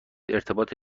ارتباط